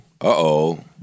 uh-oh